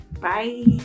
Bye